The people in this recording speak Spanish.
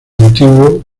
antiguo